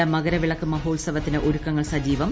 ശബരിമല മകരവിളക്ക് മഹോത്സവത്തിന് ഒരുക്കങ്ങൾ സജീവം